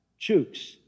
Chooks